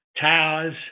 Towers